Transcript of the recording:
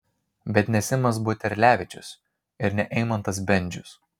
bet ne simas buterlevičius ir ne eimantas bendžius